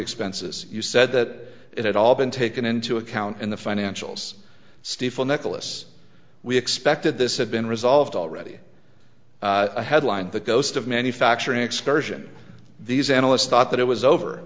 expenses you said that it had all been taken into account in the financials stiefel nicholas we expected this had been resolved already headlined the ghost of manufacturing excursion these analysts thought that it was over